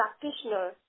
practitioner